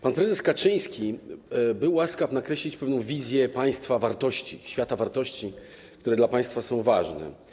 Pan prezes Kaczyński był łaskaw nakreślić pewną wizję państwa, wartości, świata wartości, które dla państwa są ważne.